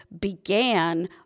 began